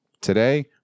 Today